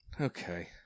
Okay